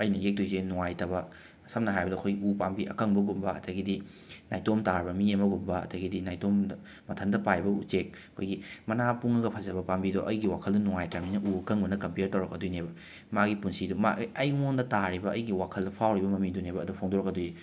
ꯑꯩꯅ ꯌꯦꯛꯇꯣꯏꯁꯦ ꯅꯨꯡꯉꯥꯏꯇꯕ ꯁꯝꯅ ꯍꯥꯏꯔꯕꯗ ꯑꯩꯈꯣꯏ ꯎ ꯄꯥꯝꯕꯤ ꯑꯀꯪꯕꯒꯨꯝꯕ ꯑꯗꯒꯤꯗꯤ ꯅꯥꯏꯇꯣꯝ ꯇꯥꯔꯕ ꯃꯤ ꯑꯃꯒꯨꯝꯕ ꯑꯗꯒꯤꯗꯤ ꯅꯥꯏꯇꯣꯝꯗ ꯃꯊꯟꯇ ꯄꯥꯏꯕ ꯎꯆꯦꯛ ꯑꯩꯈꯣꯏꯒꯤ ꯃꯅꯥ ꯄꯨꯡꯉꯒ ꯐꯖꯕ ꯄꯥꯝꯕꯤꯗꯣ ꯑꯩꯒꯤ ꯋꯥꯈꯜꯅ ꯅꯨꯡꯉꯥꯏꯇ꯭ꯔꯕꯅꯤꯅ ꯎ ꯑꯀꯪꯕꯒ ꯀꯝꯄ꯭ꯌꯔ ꯇꯧꯔꯛꯀꯗꯣꯏꯅꯦꯕ ꯃꯥꯒꯤ ꯄꯨꯟꯁꯤꯗꯣ ꯃꯥ ꯑꯩꯉꯣꯟꯗ ꯇꯥꯔꯤꯕ ꯑꯩꯒꯤ ꯋꯥꯈꯜꯗ ꯐꯥꯎꯔꯤꯕ ꯃꯃꯤꯗꯨꯅꯦꯕ ꯑꯗ ꯐꯣꯡꯗꯣꯔꯛꯀꯗꯨꯏ